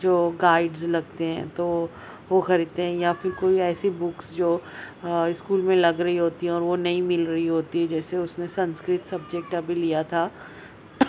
جو گائڈز لگتے ہیں تو وہ خریدتے ہیں یا پھر کوئی ایسی بکس جو اسکول میں لگ رہی ہوتی ہیں اور وہ نہیں مل رہی ہوتی ہیں جیسے اس نے سنسکرت سبجیکٹ ابھی لیا تھا